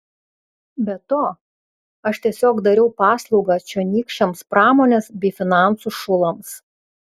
be to aš tiesiog dariau paslaugą čionykščiams pramonės bei finansų šulams